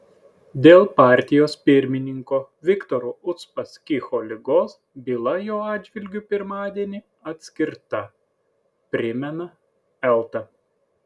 dėl partijos pirmininko viktoro uspaskicho ligos byla jo atžvilgiu pirmadienį atskirta primena elta